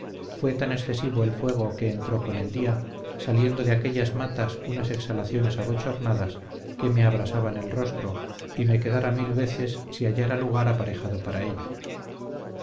fue tan excesivo el fuego que entró con el día saliendo de aquellas matas unas exhalaciones abochornadas que me abrasaban el rostro y me quedara mil veces si hallara lugar aparejado para ello